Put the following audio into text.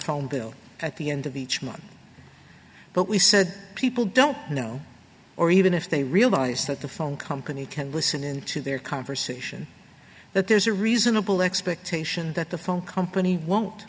phone bill at the end of each month but we said people don't know or even if they realize that the phone company can listen into their conversation that there's a reasonable expectation that the phone company won't